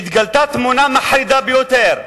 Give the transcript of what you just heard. התגלתה תמונה מחרידה ביותר.